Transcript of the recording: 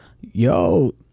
yo